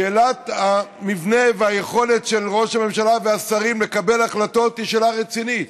שאלת המבנה והיכולת של ראש הממשלה והשרים לקבל החלטות היא שאלה רצינית.